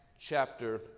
chapter